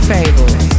Fables